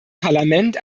parlament